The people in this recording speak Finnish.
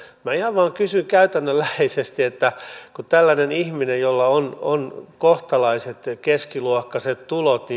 minä ihan vain kysyn käytännönläheisesti millä ihmeellä tällainen ihminen jolla on on kohtalaiset keskiluokkaiset tulot